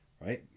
right